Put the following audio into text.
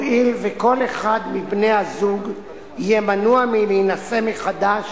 הואיל וכל אחד מבני-הזוג יהיה מנוע מלהינשא מחדש